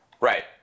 Right